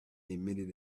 emitted